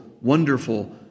wonderful